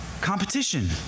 competition